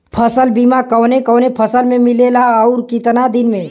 फ़सल बीमा कवने कवने फसल में मिलेला अउर कितना दिन में?